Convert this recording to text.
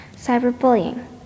cyberbullying